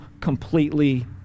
completely